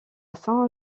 saint